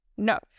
No